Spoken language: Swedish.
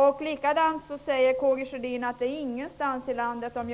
Om jag hörde rätt sade K G Sjödin att man inte någonstans i landet har